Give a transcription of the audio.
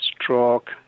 stroke